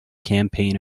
campaign